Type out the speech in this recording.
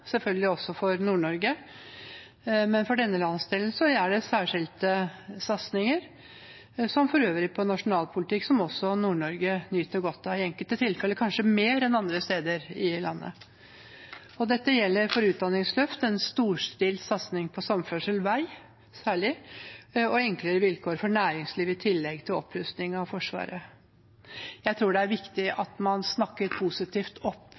selvfølgelig også for Nord-Norge. For denne landsdelen er det særskilte satsinger – som for øvrig i nasjonal politikk, noe som også Nord-Norge nyter godt av, i enkelte tilfeller kanskje mer enn andre steder i landet. Dette gjelder for utdanningsløftet, og særlig for en storskilt satsing på samferdsel og vei. Dette gjelder for enklere vilkår for næringslivet i tillegg til opprustning av Forsvaret. Jeg tror det er viktig at man snakker positivt opp